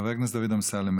חבר הכנסת דוד אמסלם,